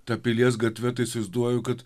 ta pilies gatve tai įsivaizduoju kad